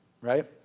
right